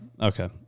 Okay